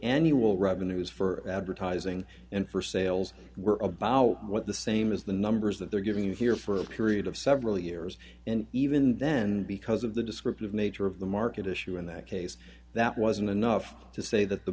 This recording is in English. annual revenues for advertising and for sales were about what the same as the numbers that they're getting here for a period of several years and even then because of the descriptive nature of the market issue in that case that wasn't enough to say that the